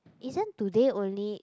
isn't today only